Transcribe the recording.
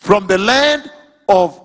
from the land o